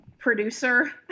Producer